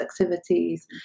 activities